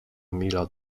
emila